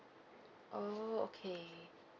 oh okay